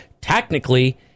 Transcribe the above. Technically